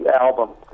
album